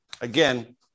again